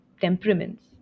temperaments